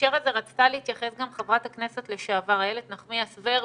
בהקשר הזה רצתה להתייחס גם חברת הכנסת לשעבר איילת נחמיאס ורבין.